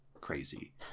crazy